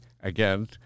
again